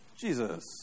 Jesus